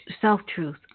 self-truth